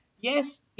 Yes